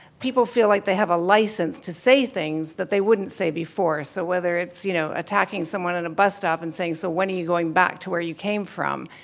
people feel like they have a license to say things that they wouldn't say before. so, whether it's you know attacking someone at a bus stop and saying, so, when are you going back to where you came from,